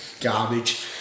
garbage